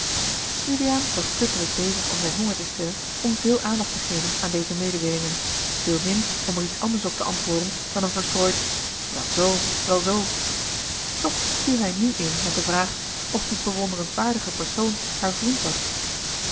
juliaan was te druk bezig om zijn honger te stillen om veel aandacht te geven aan deze mededeelingen veel min om er iets anders op te antwoorden dan een verstrooid wel z wel z toch viel hij nu in met de vraag of die bewonderenswaardige persoon haar vriend was